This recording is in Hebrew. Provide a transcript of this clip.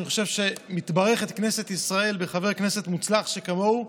אני חושב שמתברכת כנסת ישראל בחבר כנסת מוצלח שכמוהו,